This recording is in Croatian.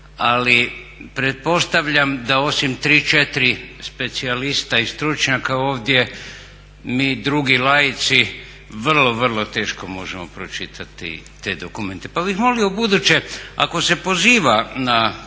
Ali pretpostavljam da osim 3, 4 specijalist i stručnjaka ovdje mi drugi laici vrlo, vrlo teško možemo pročitati te dokumente. Pa bih molio ubuduće ako se poziva na